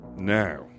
Now